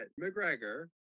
McGregor